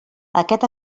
aquest